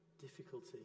difficulty